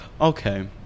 okay